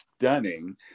stunning